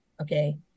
okay